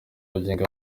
bugingo